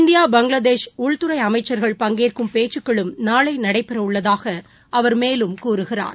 India Bangladesh உள்துறை அமைச்சர்கள் பங்கேற்கும் பேச்சுகளும் நாளை நடைபெற உள்ளதாக அவர் மேலும் கூறுகிறார்